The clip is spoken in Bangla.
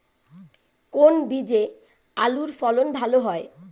কোন বীজে আলুর ফলন ভালো হয়?